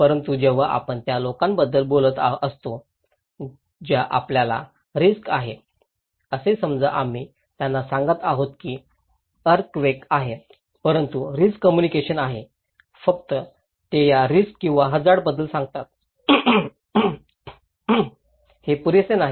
म्हणून जेव्हा आपण त्या लोकांबद्दल बोलत आहोत ज्या आपल्याला रिस्क आहे असे समजा आम्ही त्यांना सांगत आहोत की अर्थक्वेक आहे परंतु रिस्क कम्युनिकेशन आहे फक्त तेच या रिस्क किंवा हझार्ड बद्दल सांगतात हे पुरेसे नाही